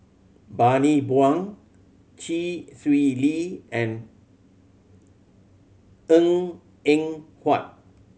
Bani Buang Chee Swee Lee and Eng Eng Huat